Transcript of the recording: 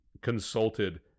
consulted